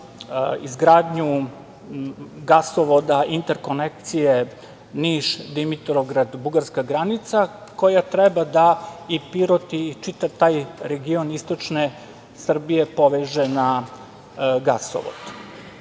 izgradnju gasovoda, interkonekcije Niš-Dimitrovgrad-bugarska granica koja treba da Pirot i čitav taj region istočne Srbije poveže na gasovod. Takođe,